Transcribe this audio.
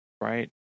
Right